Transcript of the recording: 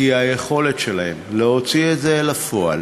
כי היכולת שלהן להוציא את זה אל הפועל,